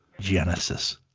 Genesis